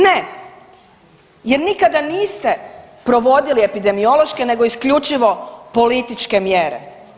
Ne jer nikada niste provodili epidemiološke nego isključivo političke mjere.